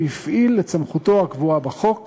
הוא הפעיל את סמכותו הקבועה בחוק